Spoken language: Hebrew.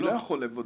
אני לא יכול לבודד.